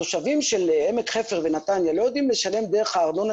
התושבים של עמק חפר ונתניה לא יודעים לשלם דרך הארנונה